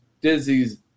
Dizzy's